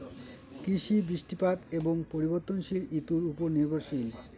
কৃষি বৃষ্টিপাত এবং পরিবর্তনশীল ঋতুর উপর নির্ভরশীল